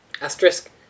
Asterisk